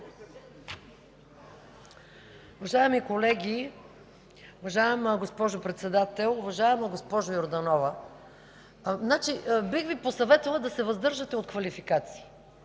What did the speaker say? Уважаеми колеги, уважаема госпожо Председател! Уважаема госпожо Йорданова, бих Ви посъветвала да се въздържате от квалификации.